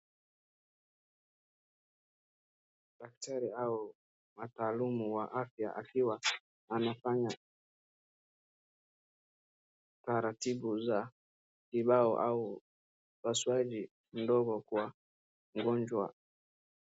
Daktari au mtaalamu wa afya akiwa anafanya taratibu za tiba au upasuaji mdogo kwa mgonjwa.